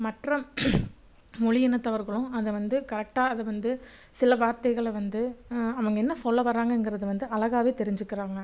மற்றும் மொழியினத்தவர்களும் அதை வந்து கரெக்டாக அதை வந்து சில வார்த்தைகளை வந்து அவங்க என்ன சொல்ல வராங்கங்கிறத வந்து அழகாக தெரிஞ்சுக்கிறாங்க